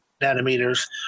nanometers